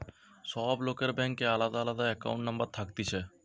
সব লোকের ব্যাংকে আলদা আলদা একাউন্ট নম্বর থাকতিছে